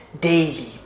daily